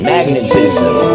Magnetism